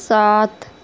سات